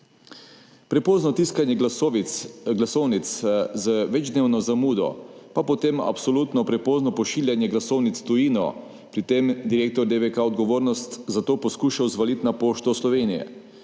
Prepozno tiskanje glasovnic z večdnevno zamudo, pa potem absolutno prepozno pošiljanje glasovnic v tujino, pri tem direktor DVK odgovornost za to poskušal zvaliti na Pošto Slovenije.